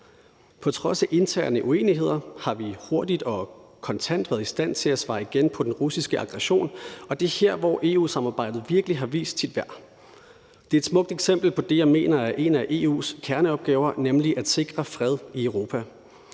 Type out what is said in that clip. På trods af interne uenigheder har vi hurtigt og kontant været i stand til at svare igen på den russiske aggression, og det er her, EU-samarbejdet virkelig har vist sit værd. Det er et smukt eksempel på det, jeg mener er en af EU's kerneopgaver, nemlig at sikre fred i Europa